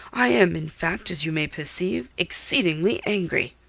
i am, in fact, as you may perceive, exceedingly angry.